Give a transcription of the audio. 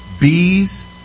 bees